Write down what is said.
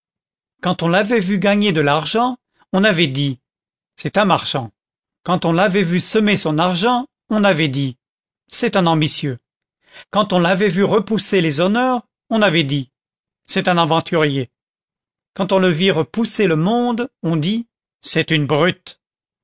quand on l'avait vu gagner de l'argent on avait dit c'est un marchand quand on l'avait vu semer son argent on avait dit c'est un ambitieux quand on l'avait vu repousser les honneurs on avait dit c'est un aventurier quand on le vit repousser le monde on dit c'est une brute